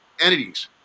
entities